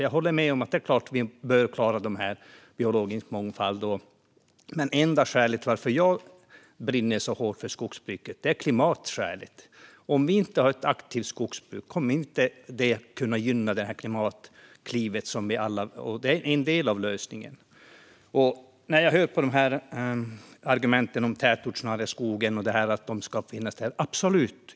Jag håller med om att vi naturligtvis bör klara den biologiska mångfalden, men skälet till att jag brinner så hårt för skogsbruket är klimatskälet. Om vi inte har ett aktivt skogsbruk kommer det inte att kunna gynna det klimatkliv som vi alla vill ta. Det är en del av lösningen. När jag hör argumenten om den tätortsnära skogen håller jag med - absolut!